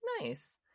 Nice